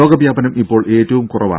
രോഗ വ്യാപനം ഇപ്പോൾ ഏറ്റവും കുറവാണ്